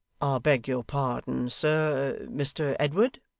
beg your pardon, sir, mr edward